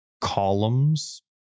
columns